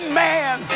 man